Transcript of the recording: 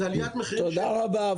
זה עליית מחירים --- תודה רבה.